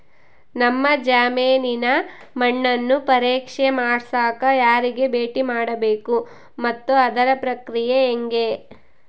ನಮ್ಮ ಜಮೇನಿನ ಮಣ್ಣನ್ನು ಪರೇಕ್ಷೆ ಮಾಡ್ಸಕ ಯಾರಿಗೆ ಭೇಟಿ ಮಾಡಬೇಕು ಮತ್ತು ಅದರ ಪ್ರಕ್ರಿಯೆ ಹೆಂಗೆ?